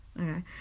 Okay